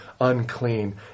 unclean